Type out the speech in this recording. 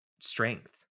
strength